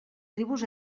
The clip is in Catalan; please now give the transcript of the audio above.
tribus